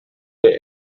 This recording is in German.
der